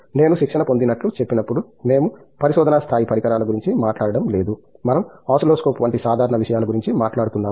నేను శిక్షణ పొందినట్లు చెప్పినప్పుడు మేము పరిశోధనా స్థాయి పరికరాల గురించి మాట్లాడటం లేదు మనం ఓసిల్లోస్కోప్స్ వంటి సాధారణ విషయాల గురించి మాట్లాడుతున్నాము